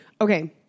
Okay